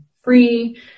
free